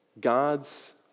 God's